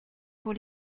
pour